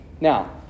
Now